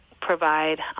provide